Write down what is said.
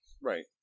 right